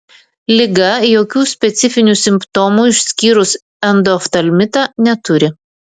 liga jokių specifinių simptomų išskyrus endoftalmitą neturi